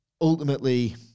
Ultimately